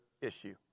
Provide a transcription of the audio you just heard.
issue